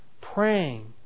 praying